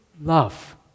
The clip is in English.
love